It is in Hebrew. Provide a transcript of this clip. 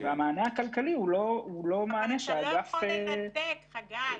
המענה הכלכלי הוא לא משהו שאנחנו יכולים לספק.